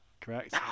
Correct